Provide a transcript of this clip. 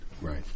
Right